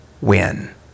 win